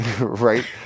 Right